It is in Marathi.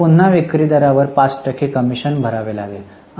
पण पुन्हा विक्री दरावर 5 टक्के कमिशन भरावे लागेल